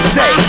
say